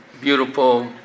beautiful